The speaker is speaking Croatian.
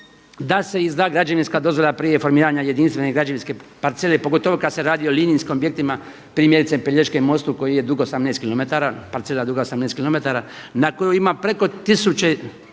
da se izda građevinska dozvola prije formiranja jedinstvene građevinske parcele pogotovo kada se radi o linijskim objektima primjerice Pelješkom mostu koji je dug 18km, parcela duga 18 km na koju ima preko tisuće,